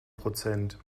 prozent